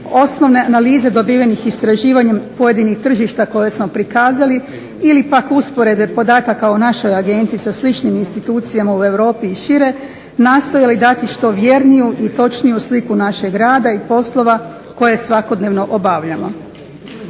osnovne analize dobivenih istraživanjem pojedinih tržišta koje smo prikazali, ili pak usporedbe podataka o našoj Agenciji sa sličnim institucijama u europi i šire nastojali dati što točniju i vjerniju sliku našeg rada i poslova koje svakodnevno obavljamo.